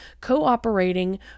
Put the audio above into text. cooperating